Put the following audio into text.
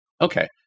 okay